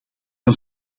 een